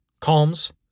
Calms